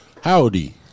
howdy